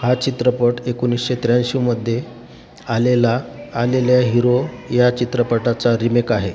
हा चित्रपट एकोणीसशे त्र्याऐंशीमध्ये आलेला आलेल्या हिरो या चित्रपटाचा रिमेक आहे